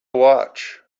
watch